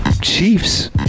Chiefs